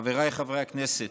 חבריי חברי הכנסת,